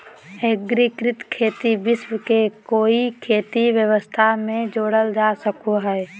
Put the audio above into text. एग्रिकृत खेती विश्व के कोई खेती व्यवस्था में जोड़ल जा सको हइ